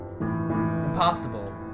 impossible